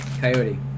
Coyote